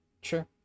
sure